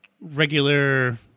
regular